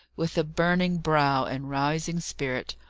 with a burning brow and rising spirit,